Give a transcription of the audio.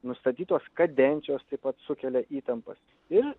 nustatytos kadencijos taip pat sukelia įtampas ir